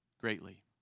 greatly